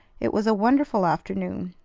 it was a wonderful afternoon.